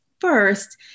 first